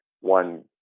one